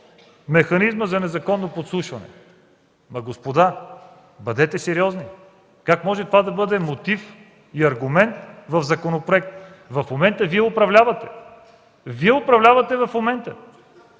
механизмът за незаконно подслушване. Господа, бъдете сериозни! Как може това да бъде мотив и аргумент в законопроект?! В момента Вие управлявате, Вие управлявате в момента!